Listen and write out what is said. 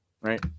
Right